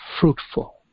fruitful